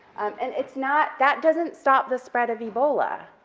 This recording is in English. and it's not, that doesn't stop the spread of ebola,